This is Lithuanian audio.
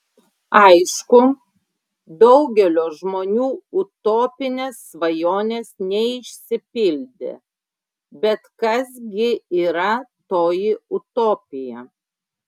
aišku daugelio žmonių utopinės svajonės neišsipildė bet kas gi yra toji utopija